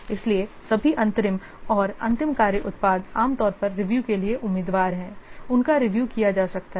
इसलिए सभी अंतरिम और अंतिम कार्य उत्पाद आमतौर पर रिव्यू के लिए उम्मीदवार हैं उनका रिव्यू किया जा सकता है